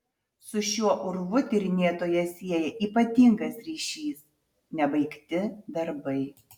su šiuo urvu tyrinėtoją sieja ypatingas ryšys nebaigti darbai